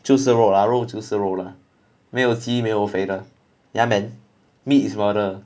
就是肉 lah 肉就是肉 lah 没有肌没有肥的 ya man meat is mother